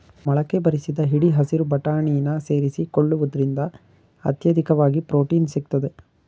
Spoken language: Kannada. ಮೊಳಕೆ ಬರಿಸಿದ ಹಿಡಿ ಹಸಿರು ಬಟಾಣಿನ ಸೇರಿಸಿಕೊಳ್ಳುವುದ್ರಿಂದ ಅತ್ಯಧಿಕವಾಗಿ ಪ್ರೊಟೀನ್ ಸಿಗ್ತದೆ